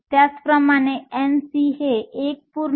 त्याचप्रमाणे Nv हे 1